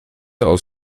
aus